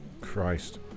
Christ